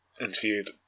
interviewed